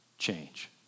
change